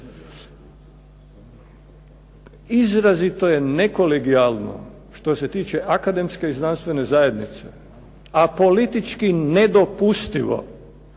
izrazito je nekolegijalno što se tiče akademske i znanstvene zajednice, a politički nedopustivo